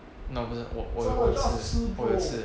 no 不是我我我有吃我有吃